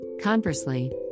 Conversely